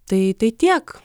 tai tai tiek